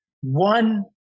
one